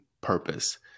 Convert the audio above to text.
purpose